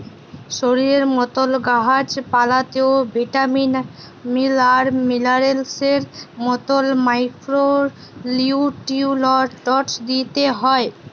শরীরের মতল গাহাচ পালাতেও ভিটামিল আর মিলারেলসের মতল মাইক্রো লিউট্রিয়েল্টস দিইতে হ্যয়